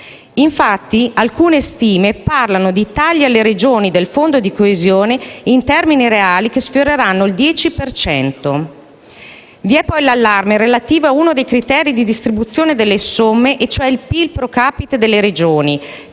Consiglio: alcune stime parlano infatti di tagli alle Regioni dal Fondo di coesione in termini reali che sfioreranno il 10 per cento. Vi è poi l'allarme relativo a uno dei criteri di distribuzione delle somme - e cioè il PIL *pro capite* delle Regioni